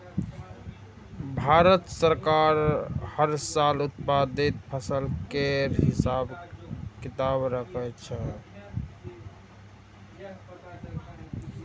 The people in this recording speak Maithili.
भारत सरकार हर साल उत्पादित फसल केर हिसाब किताब राखै छै